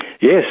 Yes